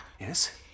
Yes